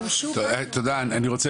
אני רק רוצה